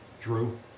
Drew